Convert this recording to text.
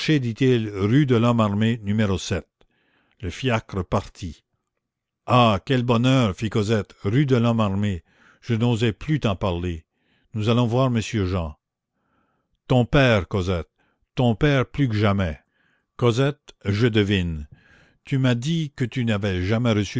rue de lhomme armé numéro le fiacre partit ah quel bonheur fit cosette rue de lhomme armé je n'osais plus t'en parler nous allons voir monsieur jean ton père cosette ton père plus que jamais cosette je devine tu m'as dit que tu n'avais jamais reçu